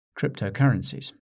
cryptocurrencies